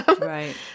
Right